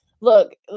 look